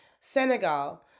Senegal